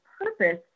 purpose